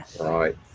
Right